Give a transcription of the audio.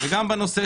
גם בנושא